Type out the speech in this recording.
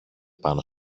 πάνω